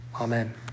Amen